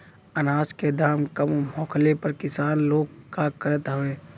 अनाज क दाम कम होखले पर किसान लोग का करत हवे?